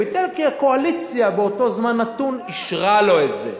הוא ביטל כי הקואליציה באותו זמן אישרה לו את זה.